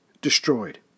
destroyed